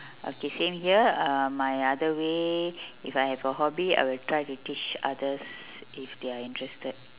okay same here uh my other way if I have a hobby I will try to teach others if they are interested